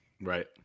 right